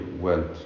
went